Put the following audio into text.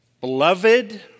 beloved